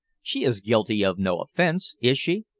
she is guilty of no offense is she?